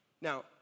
Now